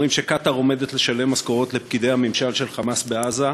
אומרים שקטאר עומדת לשלם משכורות לפקידי הממשל של "חמאס" בעזה,